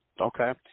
Okay